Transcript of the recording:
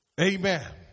amen